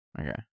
Okay